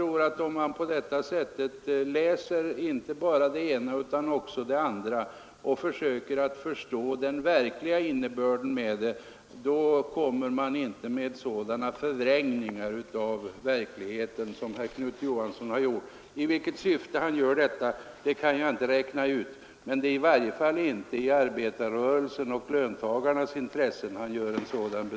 Om man läser inte bara det ena utan också det andra och försöker förstå den verkliga innebörden, kommer man inte med sådana förvrängningar av verkligheten som Knut Johansson har gjort. I vilket syfte han politiska åtgärder politiska åtgärder gör det kan jag inte räkna ut, men det är i varje fall inte i arbetarrörelsens och i löntagarnas intresse.